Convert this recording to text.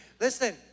Listen